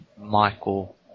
Michael